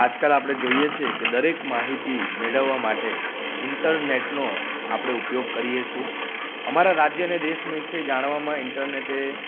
આજકાલ આપણે જોઈએ છેકે દરેક માહિતી મેળવવા માટે ઈન્ટરનેટનો આપણે ઉપયોગ કરીએ છીએ અમારા રાજ્ય અને દેશ વિષે જાણવામાં ઇન્ટરનેટે